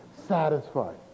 satisfied